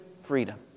freedom